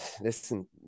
listen